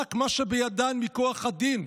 רק מה שבידם מכוח הדין,